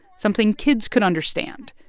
something kids could understand.